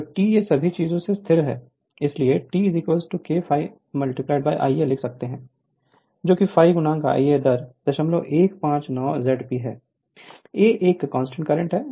तो T ये सभी चीजें स्थिर कांस्टेंट हैं इसलिए हम T K ∅ I a लिख सकते हैं जो कि ∅ Ia दर 0159 ZP है A एक कांस्टेंट है ZP 2 π A यह एक कांस्टेंट है